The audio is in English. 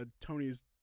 Tony's